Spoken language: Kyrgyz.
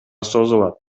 созулат